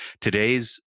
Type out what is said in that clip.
today's